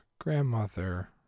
grandmother